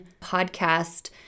podcast